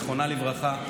זיכרונה לברכה,